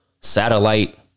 satellite